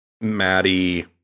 maddie